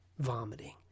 Vomiting